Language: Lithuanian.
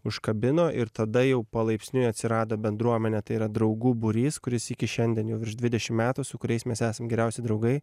užkabino ir tada jau palaipsniui atsirado bendruomenė tai yra draugų būrys kuris iki šiandien jau virš dvidešim metų su kuriais mes esam geriausi draugai